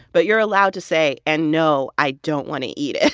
but you're allowed to say, and no, i don't want to eat it.